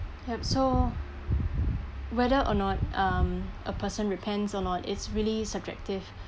yup so whether or not um a person repents or not it's really subjective